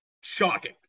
shocking